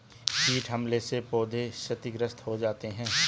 कीट हमले से पौधे क्षतिग्रस्त हो जाते है